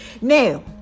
Now